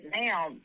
now